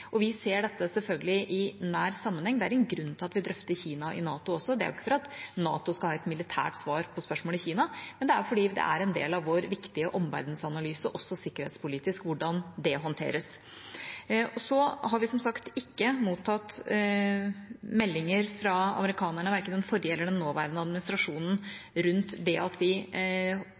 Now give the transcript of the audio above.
Vi ser selvfølgelig dette i nær sammenheng. Det er en grunn til at vi drøfter Kina i NATO også. Det er ikke for at NATO skal ha et militært svar på spørsmålet Kina, men det er fordi det er en del av vår viktige omverdensanalyse, også sikkerhetspolitisk, hvordan det håndteres. Vi har som sagt ikke mottatt meldinger fra amerikanerne, verken den forrige eller den nåværende administrasjonen, rundt det at vi holder på med disse forhandlingene. Det vil selvfølgelig være en suveren, norsk beslutning hvem vi